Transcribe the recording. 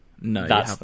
No